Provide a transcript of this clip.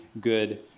good